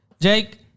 Jake